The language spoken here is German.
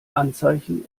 anzeichen